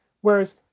Whereas